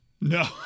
No